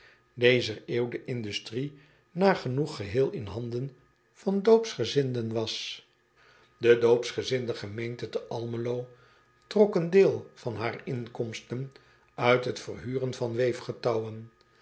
dezer eeuw de industrie nagenoeg geheel in handen van oopsgezinden was e oopsgezinde gemeente te lmelo trok een deel van haar inkomsten uit het verhuren van